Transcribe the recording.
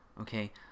okay